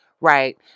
Right